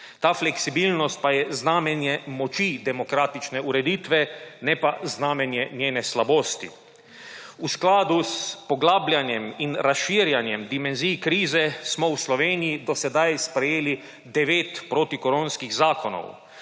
Ta fleksibilnost pa je znamenje moči demokratične ureditve, ne pa znamenje njene slabosti. V skladu s poglabljanjem in razširjanjem dimenzij krize, smo v Sloveniji do sedaj sprejeli 9 protikoronskih zakonov.